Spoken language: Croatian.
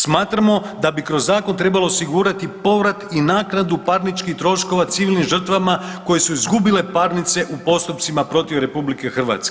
Smatramo da bi kroz zakon trebalo osigurati povrat i naknadu parničnih troškova civilnim žrtvama koje su izgubile parnice u postupcima protiv RH.